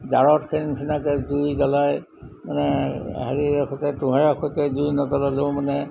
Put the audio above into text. জাৰত সেই নিচিনাকৈ জুই জ্বলাই মানে হেৰি সৈতে তোঁহেৰে সৈতে জুই নজ্বলালেও মানে